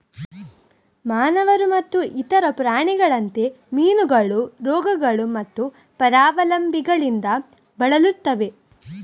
ಮಾನವರು ಮತ್ತು ಇತರ ಪ್ರಾಣಿಗಳಂತೆ, ಮೀನುಗಳು ರೋಗಗಳು ಮತ್ತು ಪರಾವಲಂಬಿಗಳಿಂದ ಬಳಲುತ್ತವೆ